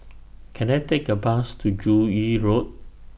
Can I Take A Bus to Joo Yee Road